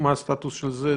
מה הסטטוס של זה?